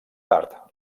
tard